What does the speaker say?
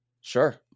Sure